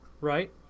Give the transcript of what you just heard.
right